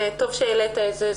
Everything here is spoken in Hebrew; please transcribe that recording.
טוב שהעלית את זה.